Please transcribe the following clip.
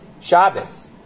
Shabbos